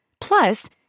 Plus